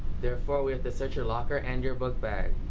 therefore, we have to search your locker and your book bag.